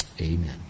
Amen